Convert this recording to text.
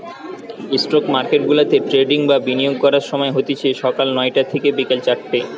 stock মার্কেটগুলাতে trading বা বিনিয়োগ করার সময় হতিছে সকাল নয়টা থিকে বিকেল চারটে